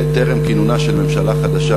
טרם כינונה של ממשלה חדשה,